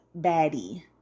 baddie